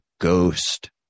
ghost